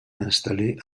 installé